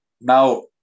now